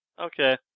Okay